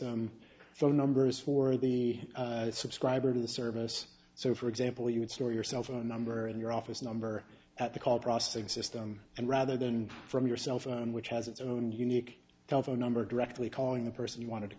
phone numbers for the subscriber to the service so for example you would store your cell phone number in your office number at the call processing system and rather than from your cell phone which has its own unique telephone number directly calling the person you want